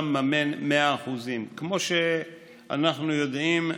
והרווחה מממן 100%. כמו שאנחנו יודעים,